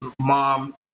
mom